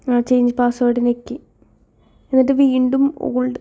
ആ change password ഞെക്കി എന്നിട്ട് വീണ്ടും ഓൾഡ്